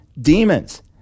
demons